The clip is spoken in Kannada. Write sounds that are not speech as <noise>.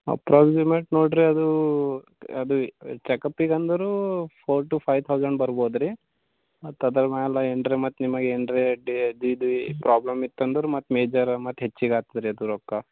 ಅಪ್ರಾಕ್ಸಿಮೇಟ್ ನೋಡಿರಿ ಅದು ಅದು ಚಕಪ್ಪಿಗಂದರೂ ಫೋರ್ ಟು ಫೈವ್ ತೌಸಂಡ್ ಬರ್ಬೋದು ರೀ ಮತ್ತೆ ಅದರ ಮ್ಯಾಲೆ ಏನು ರೀ ಮತ್ತೆ ನಿಮಗೆ ಏನು ರೀ <unintelligible> ಪ್ರಾಬ್ಲಮ್ ಇತ್ತು ಅಂದ್ರೆ ಮತ್ತೆ ಮೇಜರ್ ಮತ್ತೆ ಹೆಚ್ಚಿಗೆ ಆಗ್ತದ್ ರೀ ಅದು ರೊಕ್ಕ